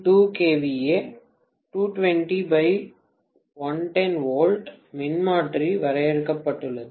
2 kVA 220 110V மின்மாற்றி வரையறுக்கப்பட்டுள்ளது